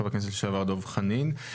חה"כ לשעבר דב חנין,